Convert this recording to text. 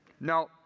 No